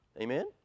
Amen